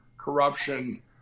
corruption